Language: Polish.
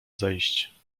zejść